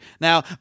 Now